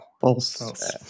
false